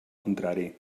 contrari